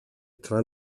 tra